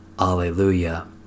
Alleluia